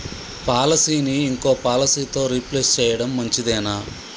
పాలసీని ఇంకో పాలసీతో రీప్లేస్ చేయడం మంచిదేనా?